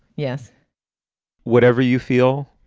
yes whatever you feel,